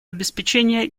обеспечения